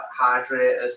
hydrated